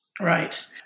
Right